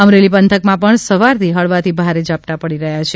અમરેલી પંથકમાં પણ સવારથી હળવાથી ભારે ઝાપટાં પડી રહ્યાં છે